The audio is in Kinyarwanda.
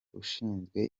ushinzwe